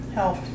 help